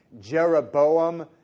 Jeroboam